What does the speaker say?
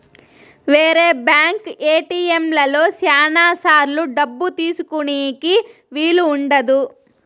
వేరే బ్యాంక్ ఏటిఎంలలో శ్యానా సార్లు డబ్బు తీసుకోనీకి వీలు ఉండదు